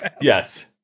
Yes